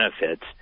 benefits